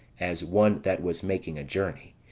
as one that was making a journey,